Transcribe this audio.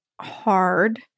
hard